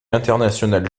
international